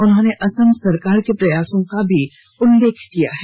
उन्होंने असम सरकार के प्रयासों का भी उल्लेख किया है